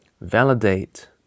Validate